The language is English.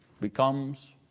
becomes